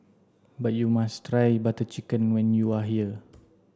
but you must try Butter Chicken when you are here